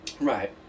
Right